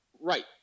Right